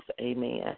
Amen